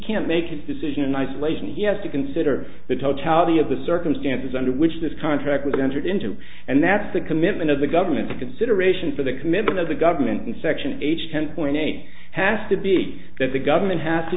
can't make a decision isolation he has to consider the totality of the circumstances under which this contract was entered into and that's the commitment of the government to consideration for the commitment of the government in section h ten point eight has to be that the government has to